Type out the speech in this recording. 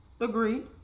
Agreed